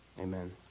Amen